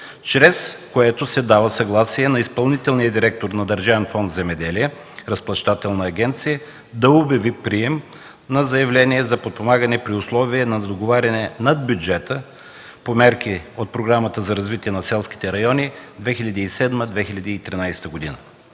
чрез което се дава съгласие на изпълнителния директор на Държавен фонд „Земеделие“, разплащателна агенция, да обяви прием на заявление за подпомагане при условия на договаряне на бюджета по мерки от програмата за развитие на селските райони 2007-2013 г.